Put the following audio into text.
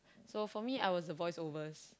so for me I was the voice overs